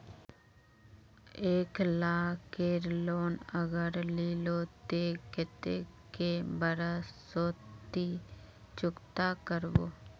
एक लाख केर लोन अगर लिलो ते कतेक कै बरश सोत ती चुकता करबो?